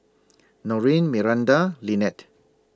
Norene Miranda and Lynette